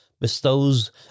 bestows